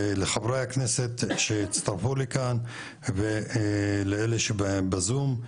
לחברי הכנסת שהצטרפו לכאן ולאלה שבזום,